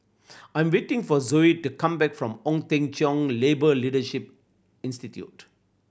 I'm waiting for Zoie to come back from Ong Teng Cheong Labour Leadership Institute